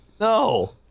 No